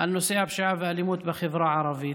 בנושא הפשיעה והאלימות בחברה הערבית.